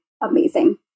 amazing